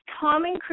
common